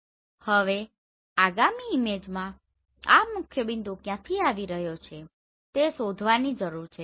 હવે આગામી ઈમેજમાં આ મુખ્યબિંદુ ક્યાં આવી રહ્યો છે તે શોધવાની જરૂર છે